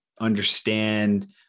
understand